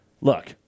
look